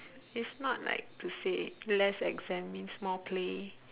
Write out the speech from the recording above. it's not like to say less exam means more play